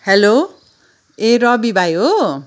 hello ए रवि भाइ हो